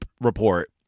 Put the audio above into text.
report